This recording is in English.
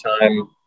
time